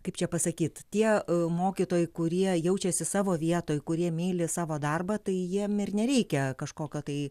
kaip čia pasakyt tie mokytojai kurie jaučiasi savo vietoj kurie myli savo darbą tai jiem ir nereikia kažkokio tai